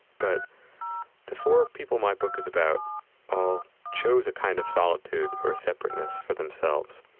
but the four people my book is about all chose a kind of solitude or separateness for themselves.